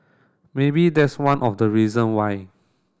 maybe that's one of the reason why